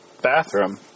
bathroom